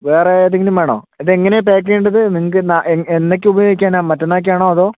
വേറെ ഏതെങ്കിലും വേണോ ഇതെങ്ങനെയാ പാക്ക് ചെയ്യേണ്ടത് നിങ്ങൾക്കെന്നാ എന്നേയ്ക്ക് ഉപയോഗിക്കാനാ മറ്റന്നാളേക്കാണോ അതോ